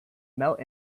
male